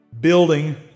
Building